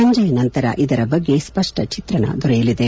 ಸಂಜೆ ನಂತರ ಇದರ ಬಗ್ಗೆ ಸ್ವಷ್ಟ ಚಿತ್ರಣ ದೊರಕಲಿದೆ